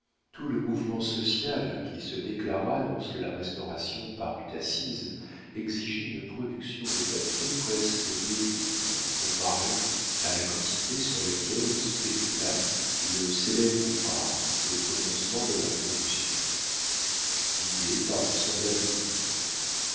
tout le mouvement social qui se déclara lorsque la restauration parut assise exigeait une production de papier presque décuple comparée à la quantité sur laquelle spécula le célèbre ouvrard au commencement de la révolution guidé par de semblables motifs